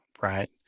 Right